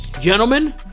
gentlemen